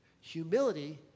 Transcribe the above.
Humility